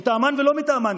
מטעמן ולא מטעמן,